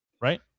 right